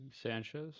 Sanchez